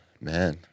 Man